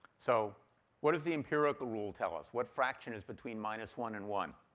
so what does the empirical rule tell us? what fraction is between minus one and one,